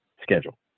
schedule